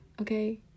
okay